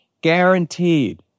Guaranteed